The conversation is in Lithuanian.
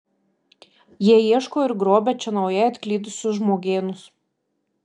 jie ieško ir grobia čia naujai atklydusius žmogėnus